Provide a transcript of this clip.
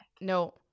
no